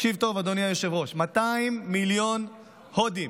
תקשיב טוב, אדוני היושב-ראש, 200 מיליון הודים,